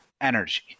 Energy